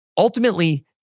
Ultimately